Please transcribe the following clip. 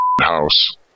house